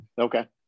Okay